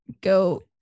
go